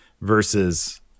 versus